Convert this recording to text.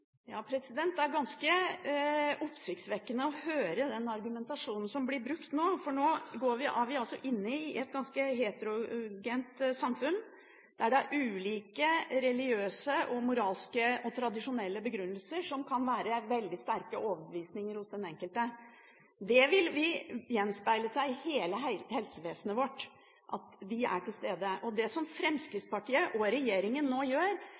blir brukt, for nå lever vi i et ganske heterogent samfunn, hvor det er ulike religiøse, moralske og tradisjonelle begrunnelser som kan være veldig sterke overbevisninger hos den enkelte. Det vil gjenspeile seg i hele helsevesenet vårt at de er til stede. Og det som Fremskrittspartiet og regjeringen nå gjør,